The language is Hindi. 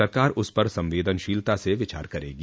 सरकार उस पर संवेदनशीलता स विचार करेगी